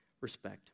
respect